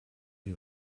you